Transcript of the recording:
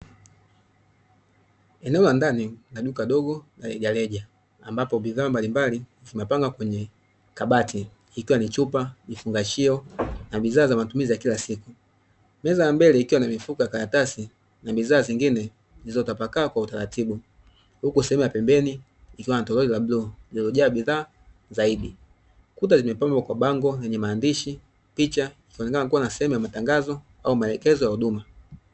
Eneo la ndani la duka dogo la rejareja, ambapo bidhaa mbalimbali zimepangwa kwenye kabati, ikiwa ni; chupa, vifungashio na bidhaa za matumizi ya kila siku. Meza ya mbele ikiwa na mifuko ya karatasi na bidhaa zingine zilizotapakaa kwa utaratibu, huku sehemu ya pembeni ikiwa na tolori la bluu lililojaa bidhaa zaidi. Kuta zimepambwa kwa bango lenye maandishi, picha ikionekana kuwa na sehemu ya matangazo au maelekezo ya huduma.